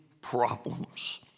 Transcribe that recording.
problems